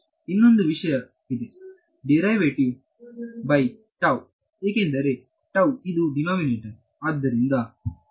ಇನ್ನೊಂದು ವಿಷಯವಿದೆ divided by ಏಕೆಂದರೆ ಇದು ಡಿನೋಮಿನೇಟರ್